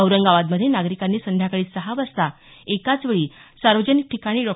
औरंगाबादमध्ये नागरिकांनी संध्याकाळी सहा वाजता एकाच वेळी सार्वजनिक ठिकाणी डॉ